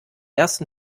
ersten